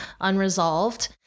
unresolved